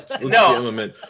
no